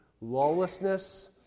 Lawlessness